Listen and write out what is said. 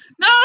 No